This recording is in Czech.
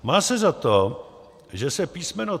Má se za to, že se písmeno